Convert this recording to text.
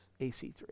AC3